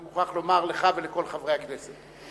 אני מוכרח לומר לך ולכל חברי הכנסת,